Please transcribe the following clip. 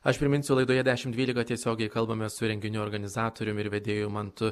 aš priminsiu laidoje dešim dvylika tiesiogiai kalbamės su renginių organizatorium ir vedėju mantu